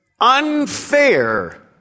Unfair